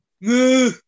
No